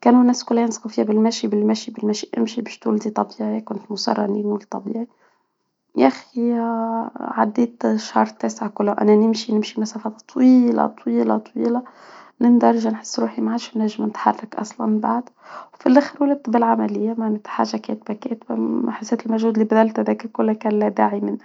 كانوا الناس الكل ينصحوني بالمشي بالمشي بالمشي، إمشي باش تولدي طبيعي، كنت مصرة إني أولد طبيعي. يا أخي، عديت الشهر التاسع كله وأنا نمشي، نمشي مسافات طويلة طويلة طويلة، للدرجة نحس روحي ما عادش نجم نتحرك أصلاً بعد، وفي الأخر ولدت بالعملية ، بكيت حسيت المجهود اللي بذلته ده كله كان لا داعي منه.